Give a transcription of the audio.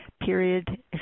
period